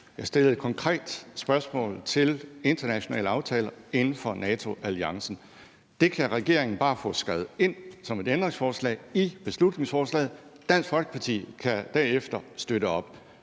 Jeg stillede et konkret spørgsmål om internationale aftaler inden for NATO-alliancen. Det kan regeringen bare få skrevet ind via et ændringsforslag i beslutningsforslaget. Dansk Folkeparti kan derefter støtte op